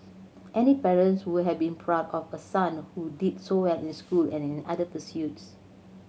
any parent would have been proud of a son who did so well in school and in other pursuits